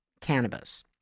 cannabis